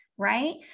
Right